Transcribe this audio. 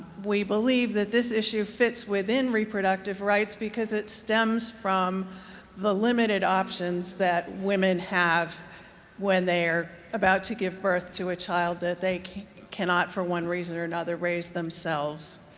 we believe that this issue fits within reproductive rights, because it stems from the limited options that women have when they are about to give birth to a child that they cannot, for one reason or another, raise themselves.